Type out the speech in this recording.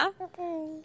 Okay